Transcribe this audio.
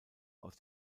aus